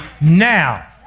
now